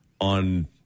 on